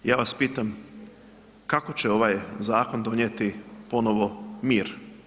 Ja vas pitam, kako će ovaj zakon donijeti ponovo mir?